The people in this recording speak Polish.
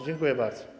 Dziękuję bardzo.